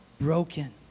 broken